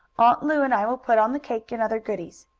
aunt lu and i will put on the cake, and other goodies.